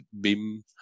BIM